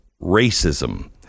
racism